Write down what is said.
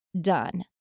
done